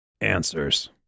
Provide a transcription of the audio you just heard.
Answers